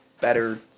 better